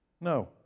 no